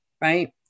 right